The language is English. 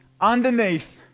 underneath